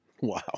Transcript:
Wow